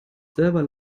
selber